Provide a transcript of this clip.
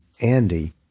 Andy